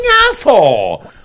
asshole